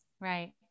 Right